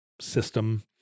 system